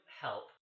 help